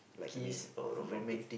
kiss or romantic